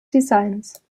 designs